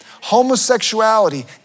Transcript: Homosexuality